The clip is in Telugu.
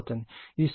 ఇది స్వయంగా చేయండి